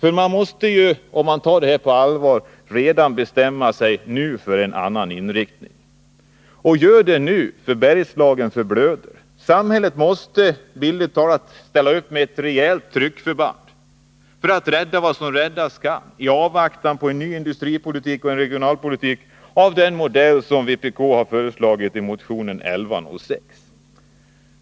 Om man tar detta på allvar måste man ju redan nu bestämma sig för en annan inriktning. Och det måste man göra nu, för Bergslagen förblöder. Samhället måste bildligt talat ställa upp med ett rejält tryckförband för att rädda vad som räddas kan i avvaktan på en ny industrioch regionalpolitik, av den modell som vpk har föreslagit i motion 1106.